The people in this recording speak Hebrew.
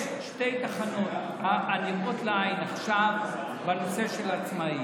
יש שתי תחנות הנראות לעין עכשיו בנושא של העצמאים: